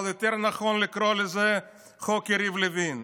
אבל יותר נכון לקרוא לזה חוק יריב לוין.